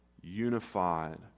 unified